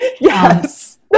yes